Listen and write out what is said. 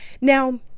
Now